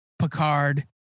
Picard